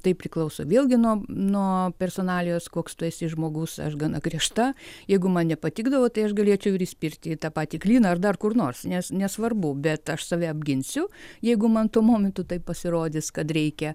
tai priklauso vėlgi nuo nuo personalijos koks tu esi žmogus aš gana griežta jeigu man nepatikdavo tai aš galėčiau ir įspirti į tą patį klyną ar dar kur nors nes nesvarbu bet aš save apginsiu jeigu man tuo momentu tai pasirodys kad reikia